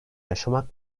yaşamak